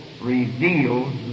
reveals